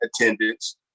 attendance